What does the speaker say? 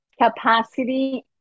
capacity